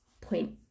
point